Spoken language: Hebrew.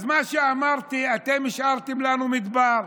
אז מה שאמרתי, אתם השארתם לנו מדבר.